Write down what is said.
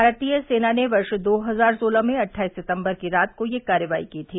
भारतीय सेना ने सन दो हजार सोलह में अट्ठाईस सितंबर की रात को यह कार्रवाई की थी